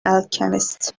alchemist